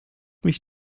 mich